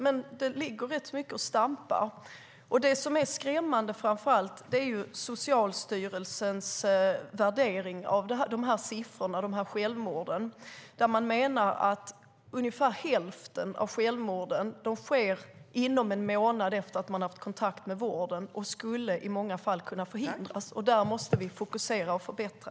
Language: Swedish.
Men det står och stampar rätt mycket. Det som framför allt är skrämmande är Socialstyrelsens värdering av de här självmorden. Man menar att ungefär hälften av självmorden sker inom en månad efter att dessa människor har haft kontakt med vården och att de i många fall skulle kunna förhindras. Där måste vi fokusera och förbättra.